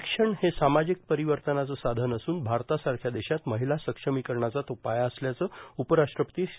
शिक्षण हे सामाजिक परिवर्तनाचं साधन असून भारतासारख्या देशात महिला सक्षमीकरणाचा तो पाया असल्याचं उपराष्ट्रपती श्री